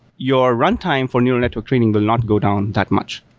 your runtime for neural network training will not go down that much,